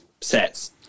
sets